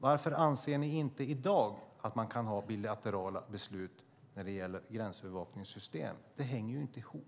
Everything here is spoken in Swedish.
Varför anser ni inte i dag att man kan ha bilaterala beslut när det gäller gränsövervakningssystem? Det hänger ju inte ihop.